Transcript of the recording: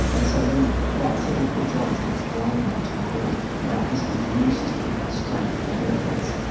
and so then that's a difficult job, is to explain that to the court about this reduced strength of the evidence.